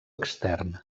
extern